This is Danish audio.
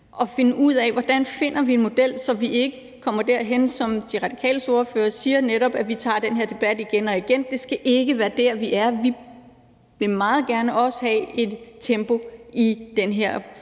og finde ud af, hvordan vi finder en model, så vi ikke kommer derhen, hvor vi, som De Radikales ordfører siger, netop tager den her debat igen og igen. Det skal ikke være der, vi er. Vi vil også meget gerne have et tempo i den her